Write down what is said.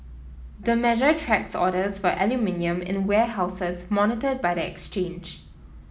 the measure tracks orders for aluminium in warehouses monitored by the exchange